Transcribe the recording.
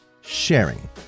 sharing